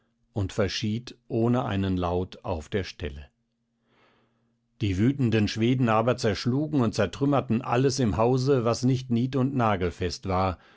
und verschied ohne einen laut auf der stelle die wütenden schweden aber zerschlugen und zertrümmerten alles im hause was nicht niet und nagelfest war